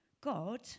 God